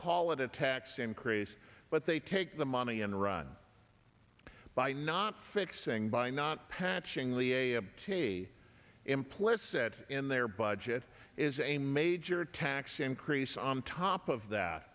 call it a tax increase but they take the money and run by not fixing by not patching the a obtain a implicit in their budget is a major tax increase on top of that